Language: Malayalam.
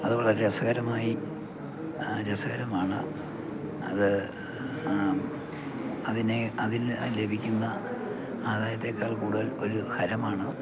അത് വളരെ രസകരമായി രസകരമാണ് അത് അതിനെ അതിന് അതിന് ലഭിക്കുന്ന ആദായത്തേക്കാൾ കൂടുതൽ ഒരു ഹരമാണ്